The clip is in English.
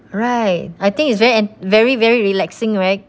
right I think it's very ent~ very very relaxing right